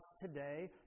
today